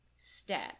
Step